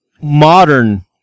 modern